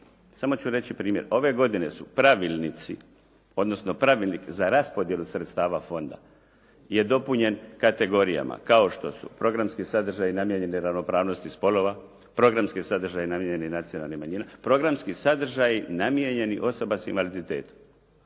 Samo ću reći primjer, ove godine su pravilnici, odnosno pravilnik za raspodjelu sredstava fonda je dopunjen kategorijama kao što su programski sadržaji namijenjeni neravnopravnosti spolova, programski sadržaji namijenjeni nacionalnim manjinama, programski sadržaji namijenjeni osobama s invaliditetom.